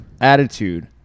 Attitude